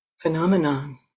phenomenon